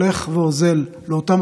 הוא מסתדר עם הוצאות מימון.